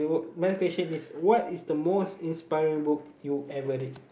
my question is what is the most inspiring book you ever read